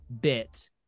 bit